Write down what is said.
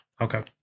okay